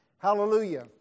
Hallelujah